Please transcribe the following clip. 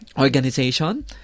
organization